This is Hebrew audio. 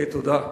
תודה.